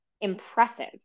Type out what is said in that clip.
impressive